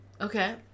Okay